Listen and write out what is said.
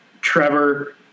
Trevor